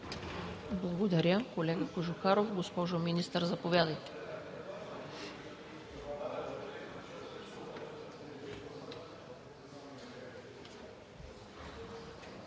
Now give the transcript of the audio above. Благодаря, колега Кожухаров. Госпожо Министър, заповядайте.